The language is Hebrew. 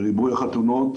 מריבוי החתונות